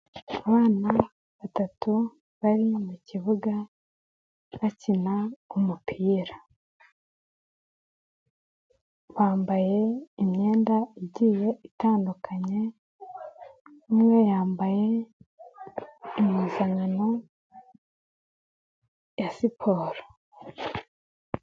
Abana batatu bari mu kibuga bakina umupira, bambaye imyenda igiye itandukanye, umwe yambaye impuzankano ya siporo.